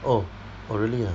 oh oh really ah